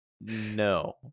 No